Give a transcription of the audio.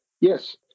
Yes